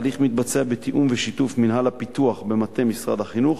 התהליך מתבצע בתיאום ובשיתוף של מינהל הפיתוח במטה משרד החינוך.